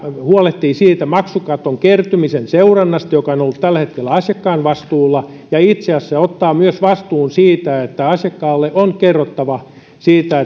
huolehtii siitä maksukaton kertymisen seurannasta joka on ollut tällä hetkellä asiakkaan vastuulla ja itse asiassa ottaa vastuun myös siitä että asiakkaalle on kerrottava siitä